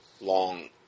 long